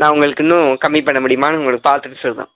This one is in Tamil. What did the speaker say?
நான் உங்களுக்கு இன்னும் கம்மி பண்ணமுடியுமானு உங்களுக்கு பார்த்துட்டு சொல்கிறேன்